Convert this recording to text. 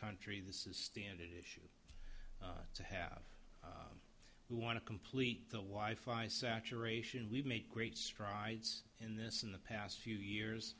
country this is standard issue to have we want to complete the wife i saturation we've made great strides in this in the past few years